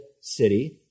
city